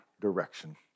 direction